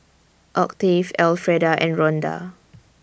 Octave Alfreda and Ronda